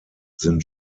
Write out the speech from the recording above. sind